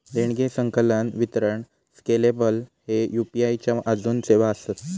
देणगी, संकलन, वितरण स्केलेबल ह्ये यू.पी.आई च्या आजून सेवा आसत